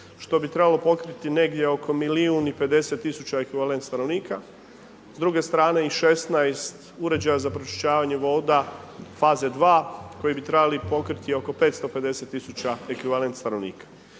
što bi trebalo pokriti negdje oko milijun i 50 tisuća ekvivalent stanovnika. S druge strane i 16 uređaja za pročišćavanje voda, faze 2 koji bi trebali pokriti oko 550 tisuća ekvivalent stanovnika.